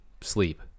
sleep